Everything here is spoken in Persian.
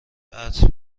عطر